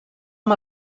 amb